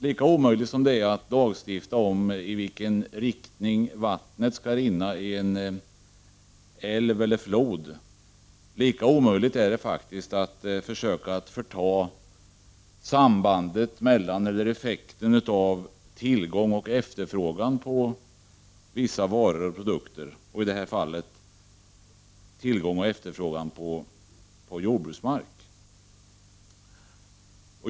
Lika omöjligt som det är att lagstifta om i vilken riktning vattnet skall rinna i en älv eller en flod, lika omöjligt är det faktiskt att försöka förta sambandet mellan tillgång och efterfrågan på vissa varor och produkter — i det här fallet tillgång och efterfrågan på jordbruksmark.